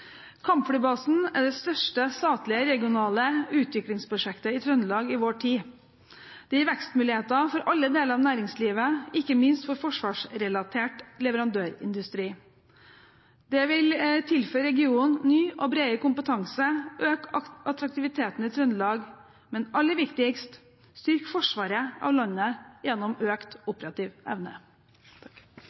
Kampflybasen er det største statlige regionale utviklingsprosjektet i Trøndelag i vår tid. Det gir vekstmuligheter for alle deler av næringslivet, ikke minst for forsvarsrelatert leverandørindustri. Det vil tilføre regionen ny og bredere kompetanse og øke attraktiviteten i Trøndelag, men aller viktigst: styrke forsvaret av landet gjennom økt operativ evne.